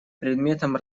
предметом